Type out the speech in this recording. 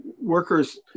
workers